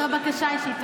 זו בקשה אישית.